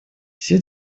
все